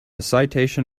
citation